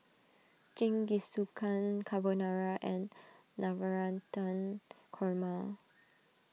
Jingisukan Carbonara and Navratan Korma